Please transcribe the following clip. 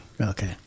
Okay